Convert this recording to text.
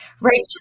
Right